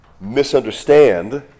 misunderstand